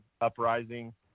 Uprising